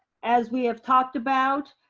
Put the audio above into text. as we have talked about,